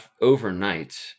overnight